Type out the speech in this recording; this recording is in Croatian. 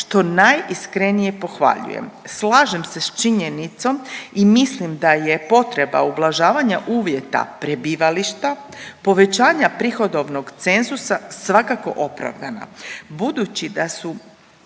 što najiskrenije pohvaljujem. Slažem se s činjenicom i mislim da je potreba ublažavanja uvjeta prebivališta, povećanja prihodovnog cenzusa svakako opravdana. Budući da su